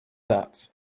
that